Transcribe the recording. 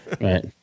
Right